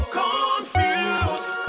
confused